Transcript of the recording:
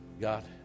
God